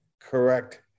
correct